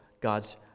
God's